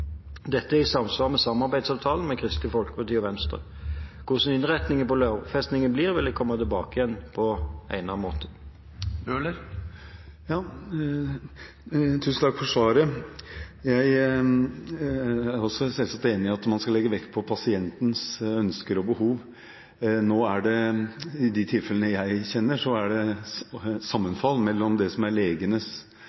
Dette er i samsvar med samarbeidsavtalen med Kristelig Folkeparti og Venstre. Hvordan innretningen på lovfestingen blir, vil jeg komme tilbake til på egnet måte. Tusen takk for svaret. Jeg er selvsagt enig i at man skal legge vekt på pasientens ønsker og behov. I de tilfellene jeg kjenner til, er det sammenfall mellom legenes anbefaling og ønsker og pasientens ønsker, så de motsetningene jeg kjenner til, har vært mellom de vurderingene som